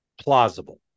plausible